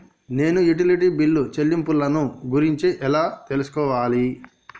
నేను utility bill చెల్లింపులను గురించి ఎలా తెలుసుకోవాలి?